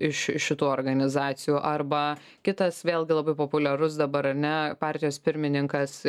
iš šitų organizacijų arba kitas vėlgi labai populiarus dabar ar ne partijos pirmininkas